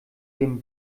den